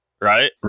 right